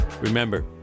Remember